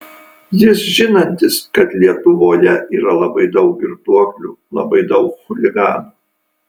jis žinantis kad lietuvoje yra labai daug girtuoklių labai daug chuliganų